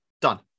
done